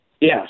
Yes